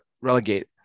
relegate